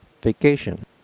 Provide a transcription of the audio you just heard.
vacation